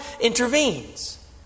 intervenes